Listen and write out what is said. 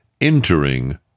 Entering